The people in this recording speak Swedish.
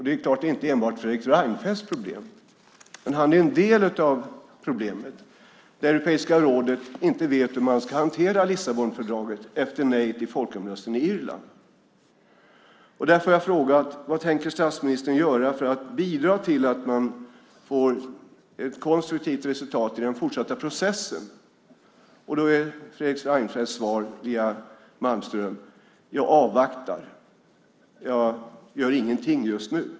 Det är förstås inte enbart Fredrik Reinfeldts problem, men han är en del av problemet. Europeiska rådet vet inte hur man ska hantera Lissabonfördraget efter nejet i folkomröstningen i Irland. Därför har jag frågat vad statsministern tänker göra för att bidra till att man får ett konstruktivt resultat i den fortsatta processen. Fredrik Reinfeldts svar via Malmström är: Jag avvaktar. Jag gör ingenting just nu.